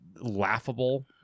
laughable